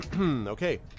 Okay